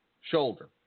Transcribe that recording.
Shoulder